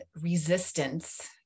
resistance